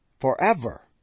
Forever